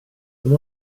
dyma